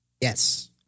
Yes